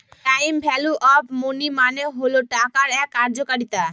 time value of money মানে হল টাকার এক কার্যকারিতা